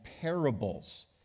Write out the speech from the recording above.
parables